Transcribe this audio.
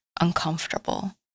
uncomfortable